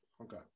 Okay